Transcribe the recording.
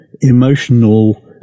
emotional